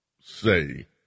say